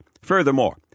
Furthermore